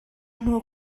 hnu